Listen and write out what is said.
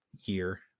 year